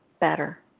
better